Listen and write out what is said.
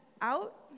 out